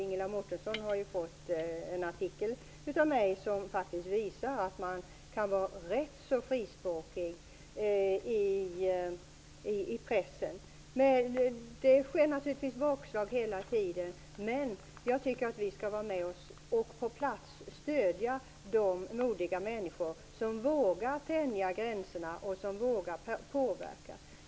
Ingela Mårtensson har fått en artikel av mig som visar att man kan vara ganska frispråkig i pressen. Det blir naturligtvis hela tiden bakslag. Men jag tycker att vi skall vara på plats och stödja de modiga människor som vågar tänja gränserna och som vågar påverka.